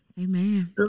Amen